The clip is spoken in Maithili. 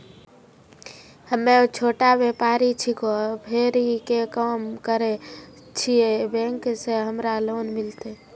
हम्मे छोटा व्यपारी छिकौं, फेरी के काम करे छियै, बैंक से हमरा लोन मिलतै?